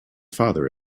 father